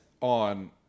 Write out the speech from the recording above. on